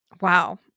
wow